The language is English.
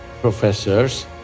professors